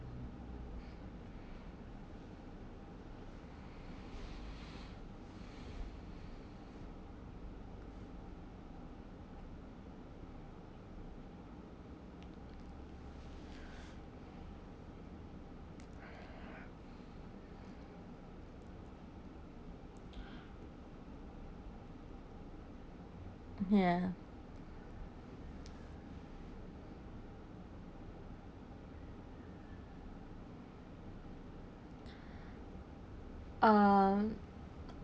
ya uh